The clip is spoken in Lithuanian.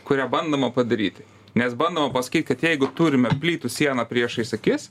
kurią bandoma padaryti nes bandoma pasakyti kad jeigu turime plytų sieną priešais akis